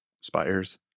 spires